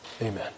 Amen